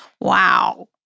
Wow